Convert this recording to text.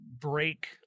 break